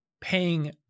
paying